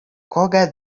koga